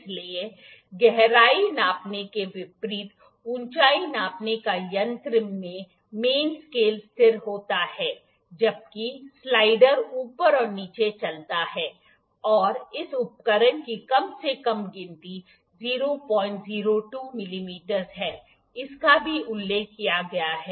इसलिए गहराई नापने के विपरीत ऊंचाई नापने का यंत्र में मेन स्केल स्थिर होता है जबकि स्लाइडर ऊपर और नीचे चलता है और इस उपकरण की कम से कम गिनती 002 मिमी है इसका भी उल्लेख किया गया है